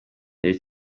reba